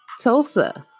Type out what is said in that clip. Tulsa